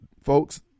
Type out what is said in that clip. folks